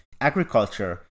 agriculture